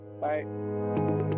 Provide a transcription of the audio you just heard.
bye